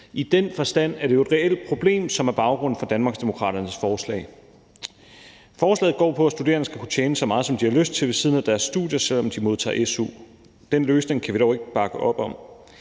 I den forstand er det jo et reelt problem, som er baggrund for Danmarksdemokraternes forslag. Forslaget går på, at studerende skal kunne tjene så meget, som de har lyst til, ved siden af deres studier, selv om de modtager su. Den løsning kan vi dog ikke bakke op om.